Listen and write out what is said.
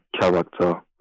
character